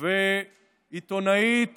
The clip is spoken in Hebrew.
ועיתונאית